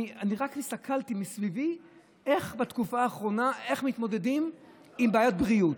אני רק הסתכלתי מסביבי איך בתקופה האחרונה מתמודדים עם בעיית בריאות.